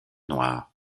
noire